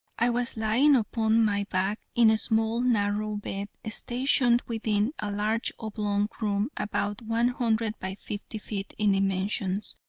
i was lying upon my back in a small narrow bed stationed within a large oblong room about one hundred by fifty feet in dimensions.